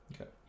Okay